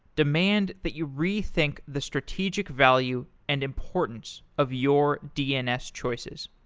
demand that you rethink the strategic value and importance of your dns choices.